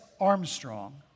Armstrong